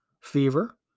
Fever